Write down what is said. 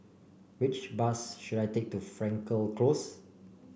which bus should I take to Frankel Close